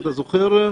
אתה זוכר?